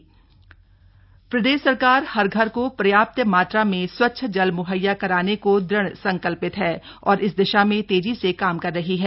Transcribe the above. जल जीवन मिशन प्रदेश सरकार हर घर को प्रर्याप्त मात्रा स्वच्छ जल मुहैया कराने को दृढ़ सकल्प है और इस दिशा में तेजी से काम कर रही है